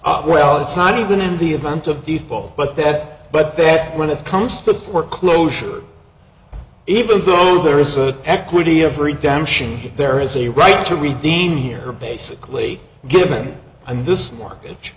fault well it's not even in the event of default but that but they had when it comes to foreclosure even though there is a equity every damn shame there is a right to redeem here basically given and this mortgage